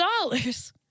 dollars